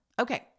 Okay